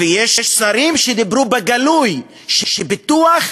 ויש שרים שאמרו בגלוי שב"פיתוח"